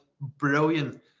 brilliant